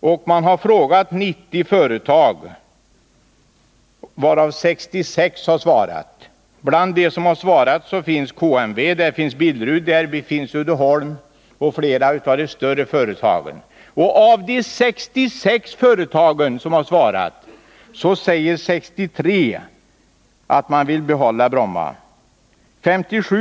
Av 90 tillfrågade företag har 66 svarat, bland dem Karlstads Mekaniska Werkstad, Billerud, Uddeholm och flera andra stora företag. 63 av dessa 66 företag säger sig vilja behålla Bromma flygplats.